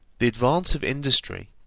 the advance of industry,